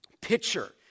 pitcher